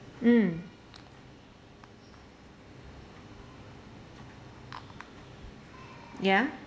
mm ya